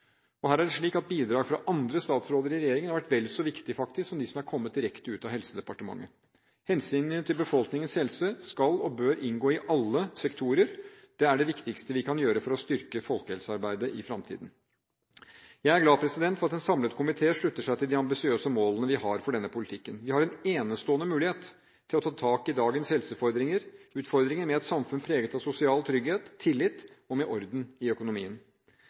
og her er det slik at bidrag fra andre statsråder i regjeringen har vært vel så viktige som de som er kommet direkte fra Helsedepartementet. Hensynet til befolkningens helse skal og bør inngå i alle sektorer. Det er det viktigste vi kan gjøre for å styrke folkehelsearbeidet i fremtiden. Jeg er glad for at en samlet komité slutter seg til de ambisiøse målene vi har for denne politikken. Vi har en enestående mulighet til å ta tak i dagens helseutfordringer, med et samfunn preget av sosial trygghet, tillit – og med orden i økonomien.